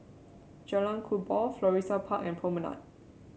Jalan Kubor Florissa Park and Promenade